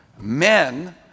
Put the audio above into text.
Men